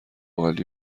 عالی